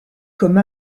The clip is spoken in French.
comme